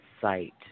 site